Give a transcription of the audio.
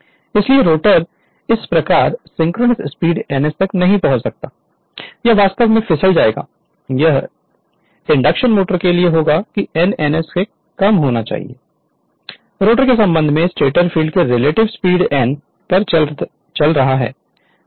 Refer Slide Time 1548 इसलिए rotor इस प्रकार सिंक्रोनस स्पीड ns तक नहीं पहुंच सकता है यह वास्तव में फिसल जाएगा यह इंडक्शनमोटर के लिए होगा कि n ns से कम होना चाहिए रोटर रोटर के संबंध में स्टेटर फील्ड की रिलेटिव स्पीड n पर चल रहा है जो कि ns n है